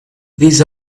these